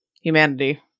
humanity